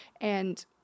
And-